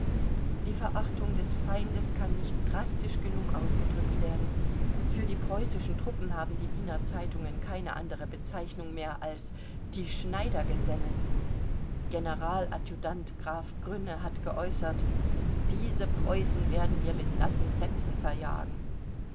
die verachtung des feindes kann nicht drastisch genug ausgedrückt werden für die preußischen truppen haben die wiener zeitungen keine andere bezeichnung mehr als die schneidergesellen general adjutant graf grünne hat geäußert diese preußen werden wir mit nassen fetzen verjagen